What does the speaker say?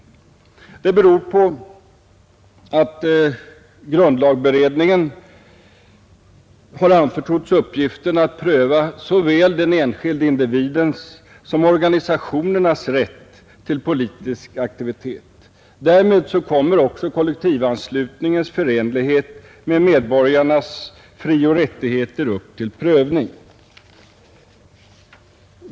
Det beror på att grundlagberedningen har anförtrotts uppgiften att pröva såväl den enskilde individens som organisationernas rätt till politisk aktivitet. Därmed kommer också kollektivanslutningens förenlighet med medborgarnas frioch rättigheter upp till prövning.